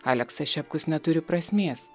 aleksas šepkus neturi prasmės